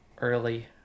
early